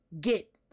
get